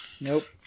Nope